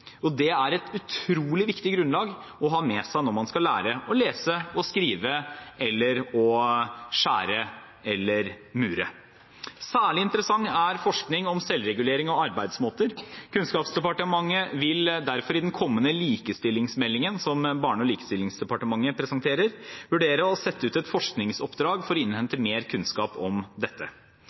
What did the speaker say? og det er et utrolig viktig grunnlag å ha med seg når man skal lære å lese og skrive eller å skjære eller mure. Særlig interessant er altså forskning om selvregulering og arbeidsmåter. Kunnskapsdepartementet vil derfor i den kommende likestillingsmeldingen som Barne-, likestillings- og inkluderingsdepartementet presenterer, vurdere å sette ut et forskningsoppdrag for å innhente mer kunnskap om dette.